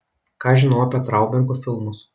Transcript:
ką žinau apie traubergo filmus